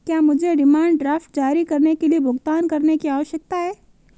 क्या मुझे demand draft जारी करने के लिए भुगतान करने की आवश्यकता है?